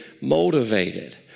motivated